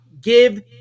Give